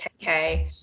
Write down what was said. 10k